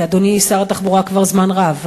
כי אדוני שר התחבורה כבר זמן רב,